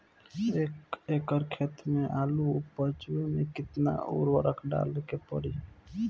एक एकड़ खेत मे आलू उपजावे मे केतना उर्वरक डाले के पड़ी?